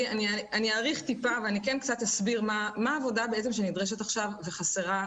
שוב, אלה נתונים שעוד יישמעו.